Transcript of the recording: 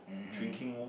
drinking